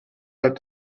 had